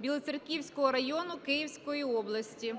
Білоцерківського району Київської області.